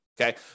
okay